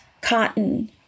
cotton